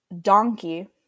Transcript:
donkey